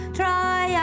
try